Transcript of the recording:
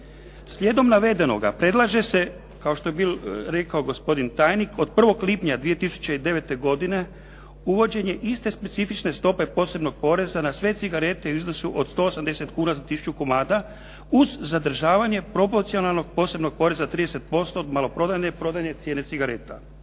Slijedom navedenoga predlaže se kao što je rekao gospodin tajnik od 1. lipnja 2009. godine uvođenje iste specifične stope posebnog poreza na sve cigarete u iznosu od 180 kuna za tisuću komada uz zadržavanje propocionalnog posebno poreza 30% od maloprodajne i prodajne cijene cigareta.